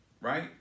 right